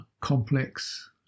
complex